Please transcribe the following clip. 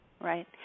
Right